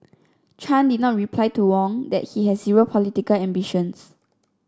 chan did not reply to Wong that he has zero political ambitions